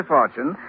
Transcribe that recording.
Fortune